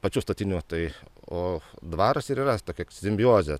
pačių statinių tai o dvaras ir yra tokia simbiozė